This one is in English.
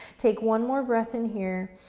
take one more breath in here,